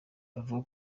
bavuga